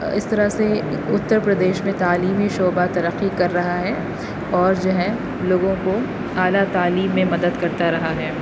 اس طرح سے اتر پردیش میں تعلیمی شعبہ ترقی کر رہا ہے اور جو ہے لوگوں کو اعلیٰ تعلیم میں مدد کرتا رہا ہے